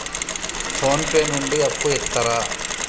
Phone pay నుండి అప్పు ఇత్తరా?